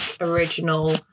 original